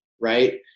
right